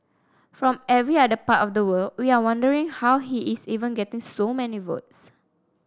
from every other part of the world we are wondering how he is even getting so many votes